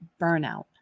burnout